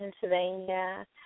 Pennsylvania